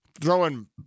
throwing